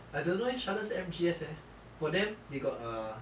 I don't know eh charlotte 是 M_G_S eh for them they got a